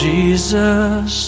Jesus